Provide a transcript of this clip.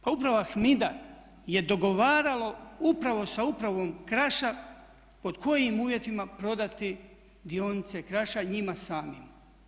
Pa uprava HMID-a je dogovarala upravo sa upravom Kraša pod kojim uvjetima prodati dionice Kraša njima samima.